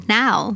now